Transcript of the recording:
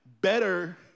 better